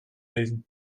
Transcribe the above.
lesen